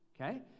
okay